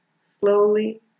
Slowly